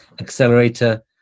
accelerator